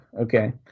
Okay